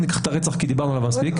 לא ניקח את הרצח, כי דיברנו עליו מספיק.